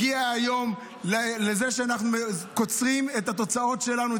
הגיע היום שאנחנו קוצרים את התוצאות שלנו,